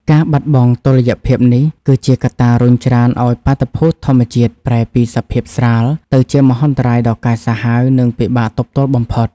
ការបាត់បង់តុល្យភាពនេះ គឺជាកត្តារុញច្រានឱ្យបាតុភូតធម្មជាតិប្រែពីសភាពស្រាល ទៅជាមហន្តរាយដ៏កាចសាហាវ និងពិបាកទប់ទល់បំផុត។